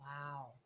Wow